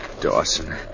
Dawson